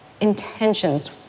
intentions